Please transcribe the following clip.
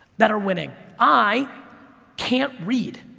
that are winning. i can't read.